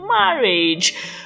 marriage